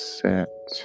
set